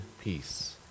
peace